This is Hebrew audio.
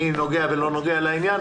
מי נוגע ומי לא נוגע לעניין,